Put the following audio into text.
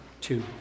two